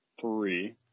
three